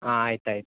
ಹಾಂ ಆಯ್ತು ಆಯ್ತು